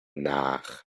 nach